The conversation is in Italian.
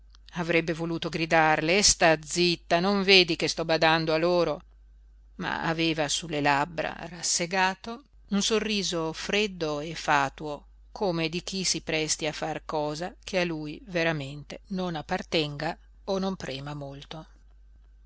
avrebbe voluto gridarle e sta zitta non vedi che sto badando a loro ma aveva sulle labbra rassegato un sorriso freddo e fatuo come di chi si presti a far cosa che a lui veramente non appartenga o non prema molto